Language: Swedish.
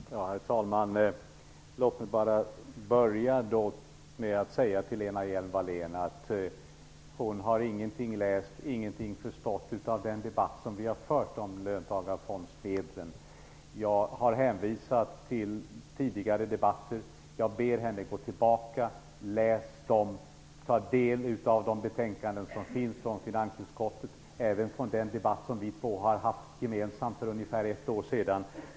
Herr talman! Låt mig börja med att säga till Lena Hjelm-Wallén att hon ingenting har läst och ingenting förstått av den debatt som vi har fört om löntagarfondsmedlen. Jag har hänvisat till tidigare debatter, och jag ber henne att gå tillbaka och läsa dem. Ta del av de betänkanden som finns från finansutskottet, även från den debatt som vi två hade för ungefär ett år sedan!